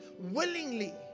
willingly